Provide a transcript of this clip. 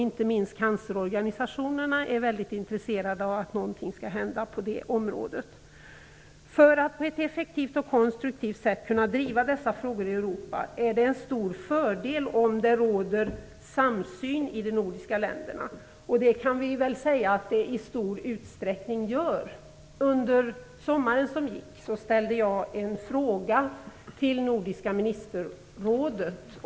Inte minst cancerorganisationerna är intresserade av att något skall hända på det området. För att på ett effektivt och konstruktivt sätt kunna driva dessa frågor i Europa är det en stor fördel om det råder samsyn i de nordiska länderna. Det kan vi väl säga att det gör i stor utsträckning. Under sommaren som gick ställde jag en fråga till Nordiska ministerrådet.